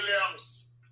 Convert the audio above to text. Williams